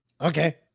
Okay